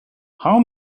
how